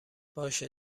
باشه